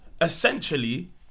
essentially